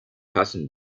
passen